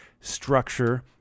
structure